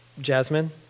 Jasmine